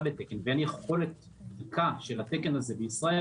בתקן ואין יכולת בדיקה של התקן הזה בישראל,